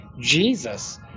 Jesus